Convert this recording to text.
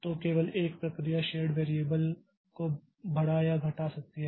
तो केवल एक प्रक्रिया शेर्ड वेरियबल को बढ़ा या घटा सकती है